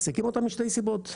מעסיקים אותם משתי סיבות.